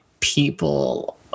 people